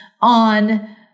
on